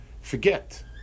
forget